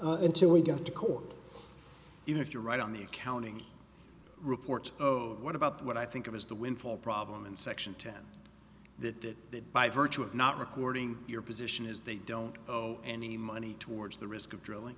until we got to court even if you're right on the accounting reports oh what about what i think of as the windfall problem in section ten that by virtue of not recording your position is they don't owe any money towards the risk of